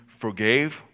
forgave